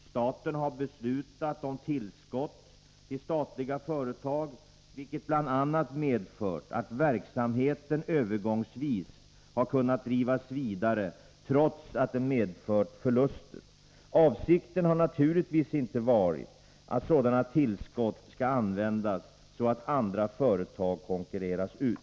Staten har beslutat om tillskott till statliga företag, vilket bl.a. medfört att verksamheten övergångsvis har kunnat drivas vidare trots att den medfört förluster. Avsikten har naturligtvis inte varit att sådana tillskott skall användas så, att andra företag konkurreras ut.